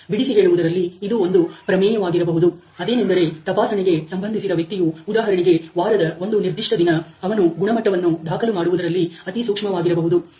ಬಿಡಿಸಿ ಹೇಳುವುದರಲ್ಲಿ ಇದು ಒಂದು ಪ್ರಮೇಯವಾಗಿರಬಹುದು ಅದೇನೆಂದರೆ ತಪಾಸಣೆಗೆ ಸಂಬಂಧಿಸಿದ ವ್ಯಕ್ತಿಯು ಉದಾಹರಣೆಗೆ ವಾರದ ಒಂದು ನಿರ್ದಿಷ್ಟ ದಿನ ಅವನು ಗುಣಮಟ್ಟವನ್ನು ದಾಖಲು ಮಾಡುವುದರಲ್ಲಿ ಅತಿ ಸೂಕ್ಷ್ಮವಾಗಿರಬಹುದು